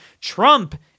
Trump